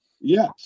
yes